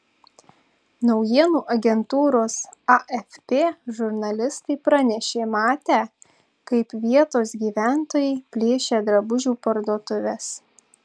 naujienų agentūros afp žurnalistai pranešė matę kaip vietos gyventojai plėšia drabužių parduotuves